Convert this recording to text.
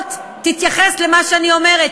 לפחות תתייחס למה שאני אומרת,